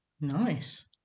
Nice